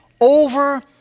over